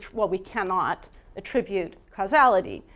well we cannot attribute causality.